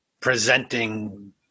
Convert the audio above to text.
presenting